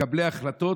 מקבלי החלטות,